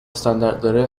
standartları